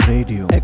Radio